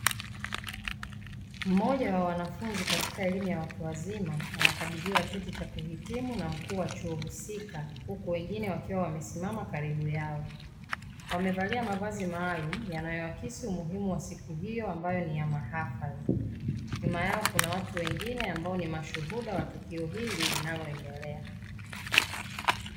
Mmoja wa wanafunzi katika elimu ya watu wazima anakabidhiwa cheti cha kuhitimu na mkuu wa chuo husika huku wengine wakiwa wamesimama karibu yao wamevalia mavazi maalumu yanayoakisi umuhimu wa siku hiyo ambayo ni ya mahafali, nyuma yao kuna watu wengine ambao ni mashuhuda wa tukio hili linaloendelea.